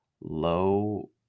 low